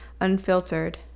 unfiltered